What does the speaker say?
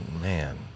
man